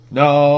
no